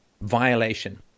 violation